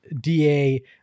Da